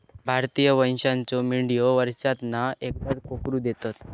भारतीय वंशाच्यो मेंढयो वर्षांतना एकदाच कोकरू देतत